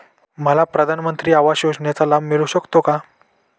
मला प्रधानमंत्री आवास योजनेचा लाभ मिळू शकतो का?